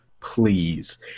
please